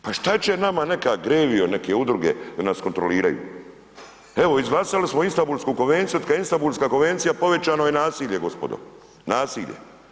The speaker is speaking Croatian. Pa šta će nama neka Grevio, neke udruge da nas kontroliraju, evo izglasali smo Istambulsku konvenciju, od kad je Istambulska konvencija povećano je nasilje gospodo, nasilje.